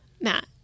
Matt